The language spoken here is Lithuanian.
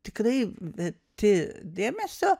tikrai verti dėmesio